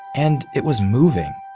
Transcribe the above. and it was moving.